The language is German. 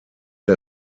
der